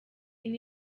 ine